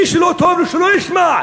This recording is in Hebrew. מי שלא טוב לו שלא ישמע,